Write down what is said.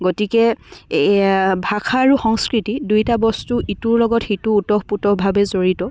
গতিকে ভাষা আৰু সংস্কৃতি দুয়োটা বস্তু ইটোৰ লগত সিটো ওতঃপ্ৰোতভাৱে জড়িত